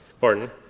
Pardon